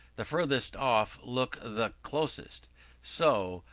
the furthest off look the closest so,